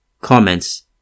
Comments